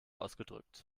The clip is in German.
ausgedrückt